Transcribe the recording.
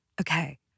Okay